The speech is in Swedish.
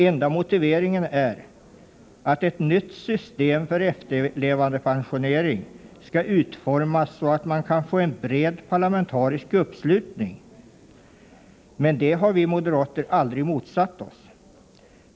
Enda motiveringen är att ett nytt system för efterlevandepensionering skall utformas så, att man kan få en bred parlamentarisk uppslutning. Men det har vi moderater aldrig motsatt oss.